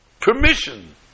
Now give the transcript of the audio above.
permission